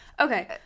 okay